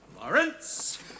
Lawrence